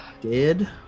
Dead